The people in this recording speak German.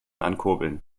ankurbeln